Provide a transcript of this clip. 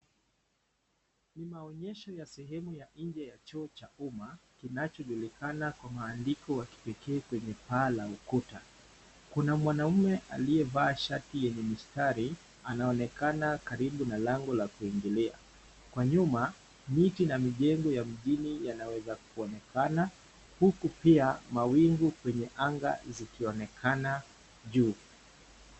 Ni maonyesho ya sehemu ya nje ya choo cha uma, kinachojulikana kwa maandiko wa kipekee kwenye paa la ukuta. Kuna mwanaume aliyevaa shati yenye mistari, anaonekana karibu na lango la kuingilia. Kwa nyuma, miti na mijengo ya mjini yanaweza kuonekana, huku pia mawingu kwenye anga zikionekana juu.